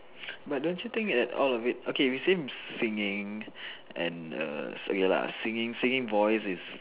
but don't you think that all of it okay we seems singing and err so ya luh singing singing voice is